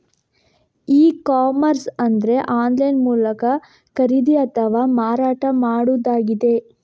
E commerce ಅಂದ್ರೆ online ಮೂಲಕ ಖರೀದಿ ಅಥವಾ ಮಾರಾಟ ಮಾಡುದಾಗಿದೆ